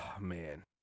man